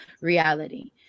reality